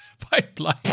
pipeline